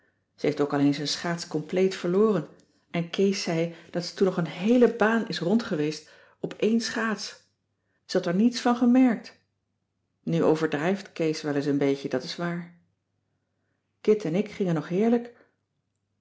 ze heeft ook al eens een schaats compleet verloren en kees zei dat ze toen nog een heele baan rondgeweest is op cissy van marxveldt de h b s tijd van joop ter heul één schaats ze had er niets van gemerkt nu overdrijft kees wel eens een beetje dat is waar kit en ik gingen nog heerlijk